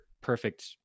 perfect